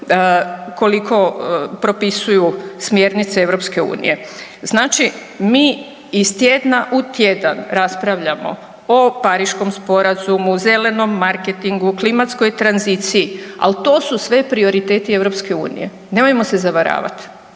koliko propisuju smjernice EU. Znači mi iz tjedna u tjedan raspravljamo o Pariškom sporazumu, zelenom marketingu, klimatskoj tranziciji, ali to su sve prioriteti EU, nemojmo se zavaravati.